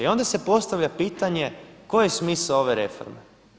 I onda se postavlja pitanje koji je smisao ove reforme?